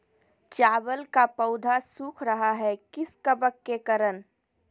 चावल का पौधा सुख रहा है किस कबक के करण?